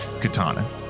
katana